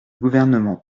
gouvernement